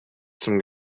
zum